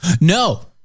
No